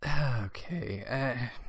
Okay